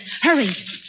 Hurry